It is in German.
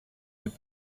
der